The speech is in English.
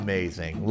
Amazing